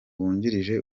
wungirije